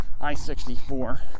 I-64